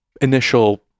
initial